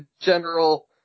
general